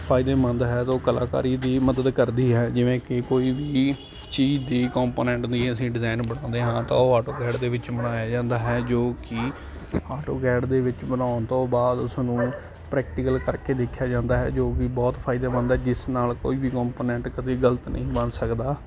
ਫ਼ਾਇਦੇਮੰਦ ਹੈ ਜੋ ਕਲਾਕਾਰੀ ਦੀ ਮਦਦ ਕਰਦੀ ਹੈ ਜਿਵੇਂ ਕਿ ਕੋਈ ਵੀ ਚੀਜ਼ ਦੀ ਕੰਪੋਨੈਂਟ ਦੀ ਅਸੀਂ ਡਿਜ਼ਾਇਨ ਬਣਾਉਂਦੇ ਹਾਂ ਤਾਂ ਉਹ ਆਟੋਕੈਡ ਦੇ ਵਿੱਚ ਬਣਾਇਆ ਜਾਂਦਾ ਹੈ ਜੋ ਕਿ ਆਟੋਕੈਡ ਦੇ ਵਿੱਚ ਬਣਾਉਣ ਤੋਂ ਬਾਅਦ ਉਸਨੂੰ ਪ੍ਰੈਕਟੀਕਲ ਕਰਕੇ ਦੇਖਿਆ ਜਾਂਦਾ ਹੈ ਜੋ ਕਿ ਬਹੁਤ ਫ਼ਾਇਦੇਮੰਦ ਹੈ ਜਿਸ ਨਾਲ ਕੋਈ ਵੀ ਕੰਪੋਨੈਂਟ ਕਦੇ ਗਲਤ ਨਹੀਂ ਬਣ ਸਕਦਾ